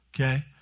Okay